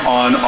on